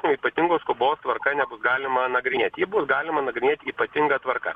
ypatingos skubos tvarka negu galima nagrinėtijį bus galima nagrinėti ypatinga tvarka